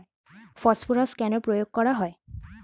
Phosphorus কেন প্রয়োগ করা হয়?